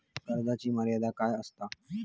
कर्जाची मर्यादा काय असता?